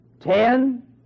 Ten